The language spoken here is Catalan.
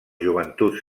joventuts